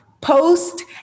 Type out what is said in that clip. post